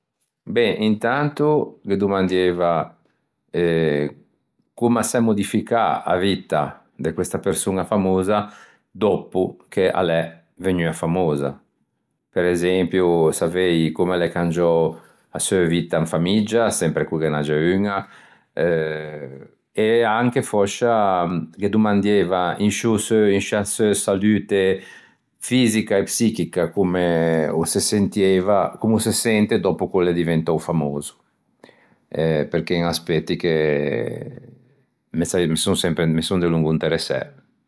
Beh intanto ghe domandieiva eh comme a s'é modificâ a vitta de questa persoña famosa, dòppo che a l'é vegnua famosa, presempio savei comme l'é cangiou a seu vitta in famiggia, sempre ch'o ghe n'agge uña, eh e anche fòscia ghe domandieiva in sciô seu in sciâ seu salute fisica e psichica comme o se sentieiva, comme o se sente dòppo ch'o l'é diventou famoso eh perché en aspeti che me saie- me son sempre me son delongo interessæ.